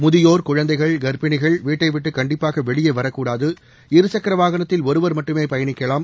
முதியோர் குழந்தைகள் கா்ப்பிணிகள் வீட்டைவிட்டு கண்டிப்பாக வெளியே வரக்கூடாது இருசக்கர வாகனத்தில் ஒருவா்மட்டுமே பயணிக்கலாம்